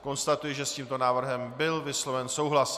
Konstatuji, že s tímto návrhem byl vysloven souhlas.